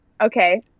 okay